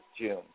June